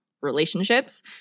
relationships